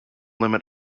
limit